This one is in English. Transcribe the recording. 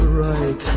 right